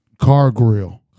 Cargrill